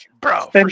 bro